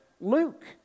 Luke